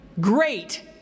Great